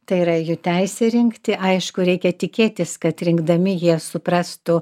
tai yra jų teisė rinkti aišku reikia tikėtis kad rinkdami jie suprastų